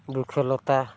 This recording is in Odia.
ବୃକ୍ଷଲତା